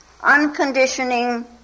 unconditioning